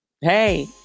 hey